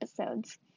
episodes